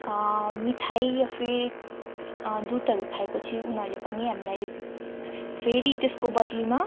मिठाई या फिर दुधहरू खाएपछि उनीहरूले पनि हामीलाई फेरि त्यसको बद्लीमा